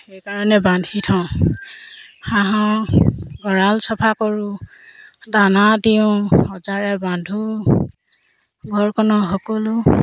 সেইকাৰণে বান্ধি থওঁ হাঁহৰ গঁৰাল চফা কৰোঁ দানা দিওঁ সজাৰে বান্ধো ঘৰখনৰ সকলো